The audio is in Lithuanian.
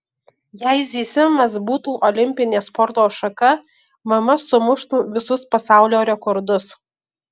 jei zyzimas būtų olimpinė sporto šaka mama sumuštų visus pasaulio rekordus